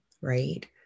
right